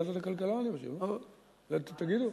לוועדת הכלכלה, אני חושב.